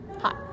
Hi